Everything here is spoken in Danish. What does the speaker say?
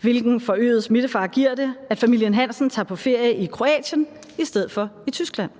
Hvilken forøget smittefare giver det, at familien Hansen tager på ferie i Kroatien i stedet for i Tyskland?